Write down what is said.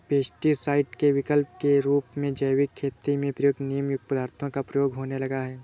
pesticide के विकल्प के रूप में जैविक खेती में प्रयुक्त नीमयुक्त पदार्थों का प्रयोग होने लगा है